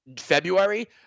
February